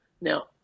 Now